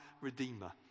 redeemer